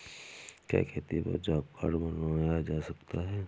क्या खेती पर जॉब कार्ड बनवाया जा सकता है?